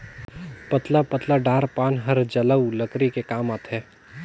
पतला पतला डार पान हर जलऊ लकरी के काम आथे